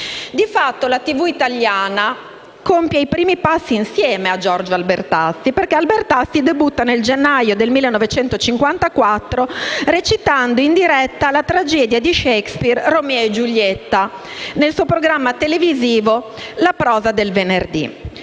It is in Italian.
Di fatto, la TV italiana compie i primi passi insieme a Giorgio Albertazzi, che debutta nel gennaio del 1954 recitando in diretta la tragedia di Shakespeare «Romeo e Giulietta», nel suo programma televisivo «La prosa del venerdì».